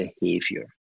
behavior